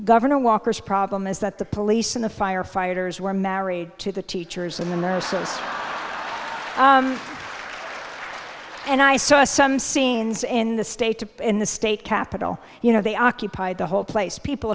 governor walker's problem is that the police and the firefighters were married to the teachers and the nurses and i saw some scenes in the state in the state capitol you know they occupied the whole place people